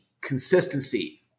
consistency